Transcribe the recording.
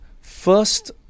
first